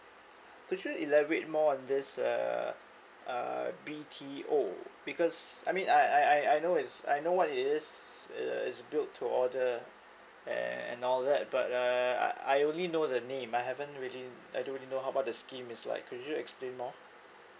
could you elaborate more on this uh uh B_T_O because I mean I I I I know is I know what it is uh it's built to order and and all that but uh I I only know the name I haven't really I don't really know how about the scheme is like could you explain more